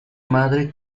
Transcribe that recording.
madre